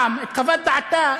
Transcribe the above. את חוות דעתה,